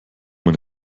mein